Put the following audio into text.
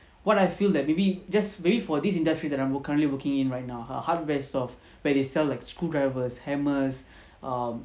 what I feel that maybe just maybe for this industry that I'm currently working in right now a hardware store where they sell like school drivers hammers um